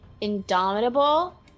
indomitable